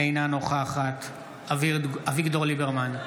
אינה נוכחת אביגדור ליברמן,